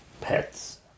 pets